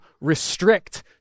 restrict